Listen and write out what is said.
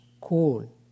cool